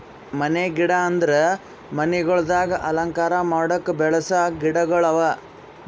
ಮನೆಯ ಗಿಡ ಅಂದುರ್ ಮನಿಗೊಳ್ದಾಗ್ ಅಲಂಕಾರ ಮಾಡುಕ್ ಬೆಳಸ ಗಿಡಗೊಳ್ ಅವಾ